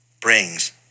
brings